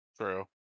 True